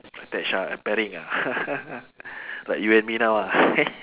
attach ah uh pairing ya like you and me now ah